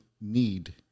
need